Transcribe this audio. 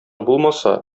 булмаса